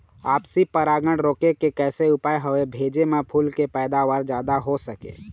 आपसी परागण रोके के कैसे उपाय हवे भेजे मा फूल के पैदावार जादा हों सके?